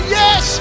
yes